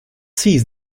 sees